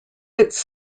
its